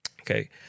okay